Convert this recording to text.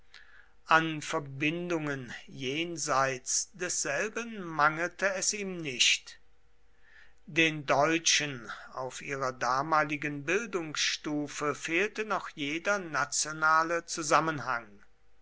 an verbindungen jenseits desselben mangelte es ihm nicht den deutschen auf ihrer damaligen bildungsstufe fehlte noch jeder nationale zusammenhang